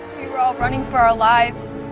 we were all running for our lives.